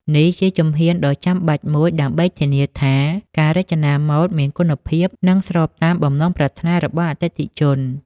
នេះជាជំហានដ៏ចាំបាច់មួយដើម្បីធានាថាការរចនាម៉ូដមានគុណភាព និងស្របតាមបំណងប្រាថ្នារបស់អតិថិជន។